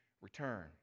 return